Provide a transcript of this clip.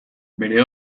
bere